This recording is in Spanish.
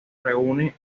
reúne